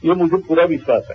ये मुझे पूरा विश्वास है